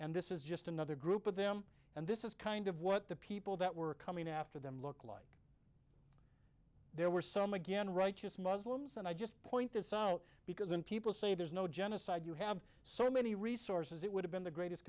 and this is just another group of them and this is kind of what the people that were coming after them look like there were some again righteous muslims and i just point this out because then people say there's no genocide you have so many resources it would have been the greatest